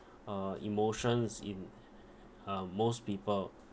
uh emotions in uh most people